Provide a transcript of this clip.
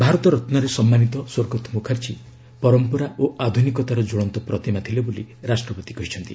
ଭାରତ ରତ୍ନରେ ସନ୍ମାନିତ ସ୍ୱର୍ଗତ ମୁଖାର୍ଜୀ ପରମ୍ପରା ଓ ଆଧୁନିକତାର ଜ୍ୱଳନ୍ତ ପ୍ରତିମା ଥିଲେ ବୋଲି ରାଷ୍ଟ୍ରପତି କହିଛନ୍ତି